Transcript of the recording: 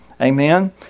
Amen